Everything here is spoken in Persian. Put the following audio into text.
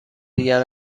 دیگر